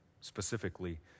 specifically